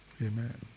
Amen